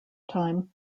time